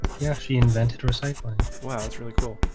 yeah, she invented recycling. wow. it's really cool